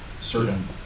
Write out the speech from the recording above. certain